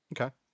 Okay